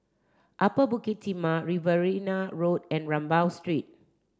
Upper Bukit Timah Riverina Road and Rambau Street